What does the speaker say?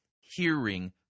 hearing